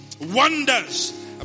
wonders